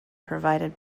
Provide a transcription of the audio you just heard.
provided